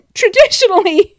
traditionally